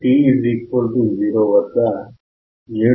t 0 వద్ద 7